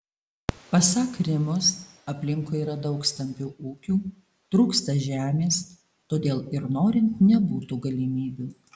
pasak rimos aplinkui yra daug stambių ūkių trūksta žemės todėl ir norint nebūtų galimybių